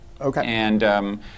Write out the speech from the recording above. Okay